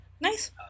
Nice